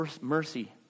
mercy